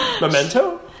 Memento